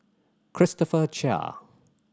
Christopher Chia